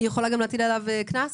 היא יכולה גם להטיל עליו קנס,